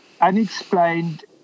unexplained